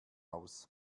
aus